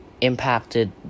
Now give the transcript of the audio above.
impacted